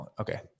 Okay